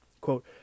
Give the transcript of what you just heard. Quote